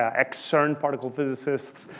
ah ex-cern particle physicists.